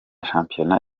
shampiyona